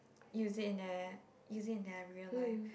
use it in their use it in their real life